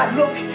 look